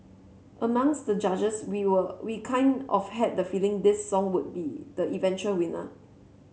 amongst the judges we'll we kind of had the feeling this song would be the eventual winner